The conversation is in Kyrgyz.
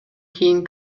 кийин